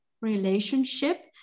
relationship